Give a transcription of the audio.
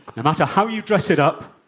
no matter how you dress it up,